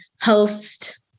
host